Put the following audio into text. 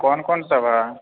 क़ोन क़ोन सब है